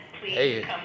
hey